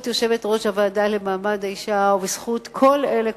יושבת-ראש הוועדה למעמד האשה ובזכות כל אלה,